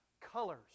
colors